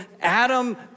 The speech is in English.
Adam